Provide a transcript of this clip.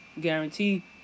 Guarantee